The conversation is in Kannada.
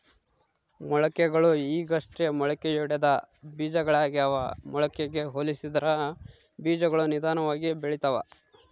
ಮೊಳಕೆಗಳು ಈಗಷ್ಟೇ ಮೊಳಕೆಯೊಡೆದ ಬೀಜಗಳಾಗ್ಯಾವ ಮೊಳಕೆಗೆ ಹೋಲಿಸಿದರ ಬೀಜಗಳು ನಿಧಾನವಾಗಿ ಬೆಳಿತವ